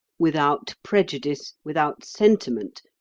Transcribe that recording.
without prejudice, without sentiment,